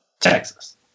Texas